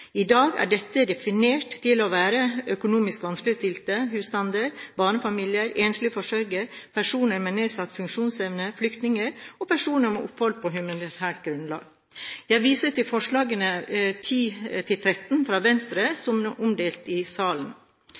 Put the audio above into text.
I dag er dette definert til å være «økonomisk vanskeligstilte husstander», «barnefamilier», «enslige forsørgere», «personer med nedsatt funksjonsevne», «flyktninger» og «personer med opphold på humanitært grunnlag». Jeg viser til forslagene nr. 10–13, fra Venstre, som er omdelt i salen.